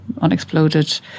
unexploded